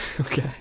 Okay